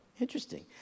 Interesting